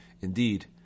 Indeed